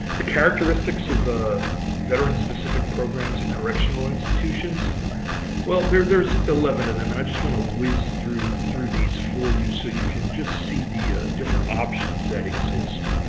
the characteristics of veteran-specific programs at correctional institutions well, there's there's eleven of them. and i just want to wiz through through these for you, so you can just see the different options that exist.